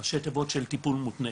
ראשי תיבות של טיפול מותנה,